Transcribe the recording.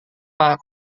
pak